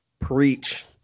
preach